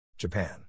Japan